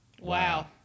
Wow